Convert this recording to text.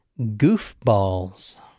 goofballs